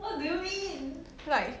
like